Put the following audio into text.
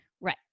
Right